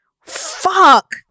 Fuck